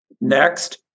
Next